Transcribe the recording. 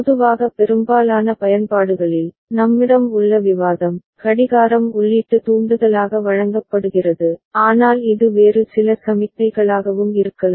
பொதுவாக பெரும்பாலான பயன்பாடுகளில் நம்மிடம் உள்ள விவாதம் கடிகாரம் உள்ளீட்டு தூண்டுதலாக வழங்கப்படுகிறது ஆனால் இது வேறு சில சமிக்ஞைகளாகவும் இருக்கலாம்